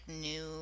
new